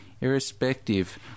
irrespective